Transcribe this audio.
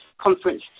conference